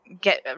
get